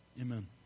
amen